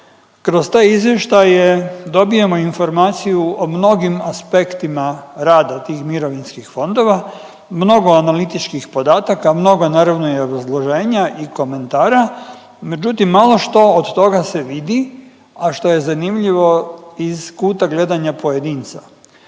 kroz te izvještaje dobijemo informaciju o mnogim aspektima rada tih mirovinskih fondova, mnogo analitičkih podataka, mnogo naravno i obrazloženja i komentara, međutim malo što od toga se vidi, a što je zanimljivo iz kuta gledanja pojedinca.